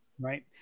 Right